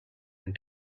and